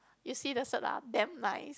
you see the cert lah damn nice